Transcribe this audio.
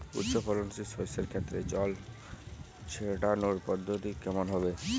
উচ্চফলনশীল শস্যের ক্ষেত্রে জল ছেটানোর পদ্ধতিটি কমন হবে?